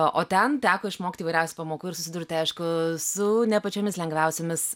o o ten teko išmokti įvairiausių pamokų ir susidurti aišku su ne pačiomis lengviausiomis